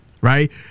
right